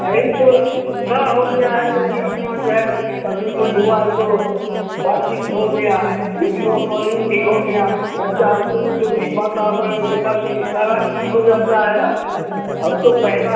यही तो सुविधा हो गया है जो कि अपना जो है कभी मन हुआ तो बातचीत हो गया वीडियो कॉलिंग भी हो गया बच्चा उसे उसे भी वातावरण देखा सुनी सारा चीज हो जाता है अब अब तो पहला